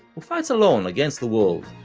who fights alone against the world,